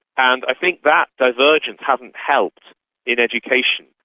and i think that divergence hasn't helped in education.